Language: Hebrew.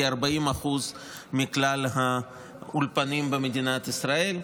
כ-40% מכלל האולפנים במדינת ישראל,